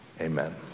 Amen